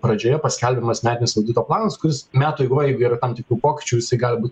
pradžioje paskelbiamas metinis audito planas kuris metų eigoj jeigu yra tam tikrų pokyčių jisai gali būt